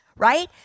Right